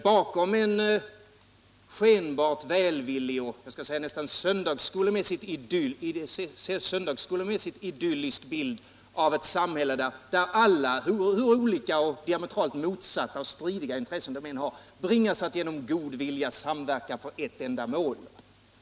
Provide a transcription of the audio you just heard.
Bakom en skenbart välvillig, jag skulle nästan kunna säga söndagsskolemässigt idyllisk, bild av ett samhälle bringas alla, hur olika och diametralt motsatta och stridiga intressen de än har, att genom en god vilja samverka för ett enda mål.